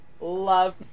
love